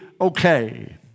okay